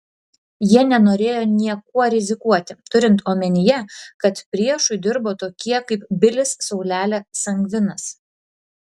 jie nenorėjo niekuo rizikuoti turint omenyje kad priešui dirbo tokie kaip bilis saulelė sangvinas